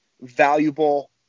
valuable